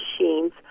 machines